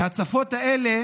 וההצפות האלה